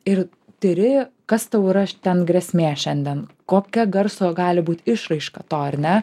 ir tiri kas tau yra ten grėsmė šiandien kokia garso gali būt išraiška to ar ne